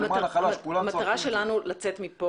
זה שם, זה חד-משמעית שם.